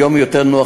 היום יותר נוח,